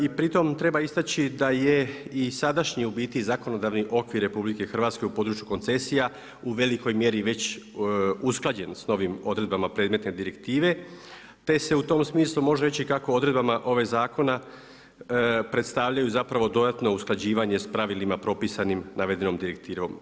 I pri tome treba isteći da je i sadašnji u biti zakonodavni okvir RH u području koncesija u velikoj mjeri već usklađen s novim odredbama predmetne direktive, te se u tom smislu može reći kako odredbama ovog zakona, predstavljaju zapravo dodatno usklađivanja s pravilima propisanim navedenom direktivom.